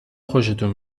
خوشتون